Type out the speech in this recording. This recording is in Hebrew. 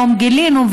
היום גילינו,